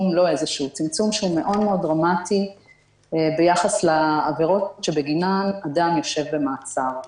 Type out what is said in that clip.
שהוא מאוד-מאוד דרמטי ביחס לעבירות שבגינן אדם יושב במעצר.